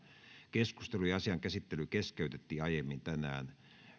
keskustelu ja asian käsittely keskeytettiin aiemmin tänään